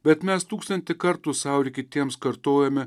bet mes tūkstantį kartų sau ir kitiems kartojame